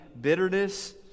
bitterness